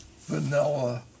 vanilla